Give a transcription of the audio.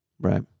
Right